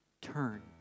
Turn